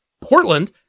Portland